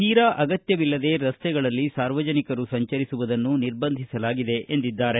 ತೀರಾ ಅಗತ್ಯವಿಲ್ಲದೆ ರಸ್ತೆಗಳಲ್ಲಿ ಸಾರ್ವಜನಿಕರು ಸಂಚರಿಸುವುದನ್ನು ನಿರ್ಬಂಧಿಸಲಾಗಿದೆ ಎಂದಿದ್ದಾರೆ